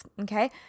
okay